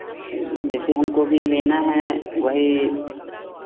देखिए हमको भी लेना हैं वही